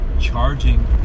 charging